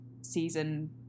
season